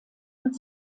und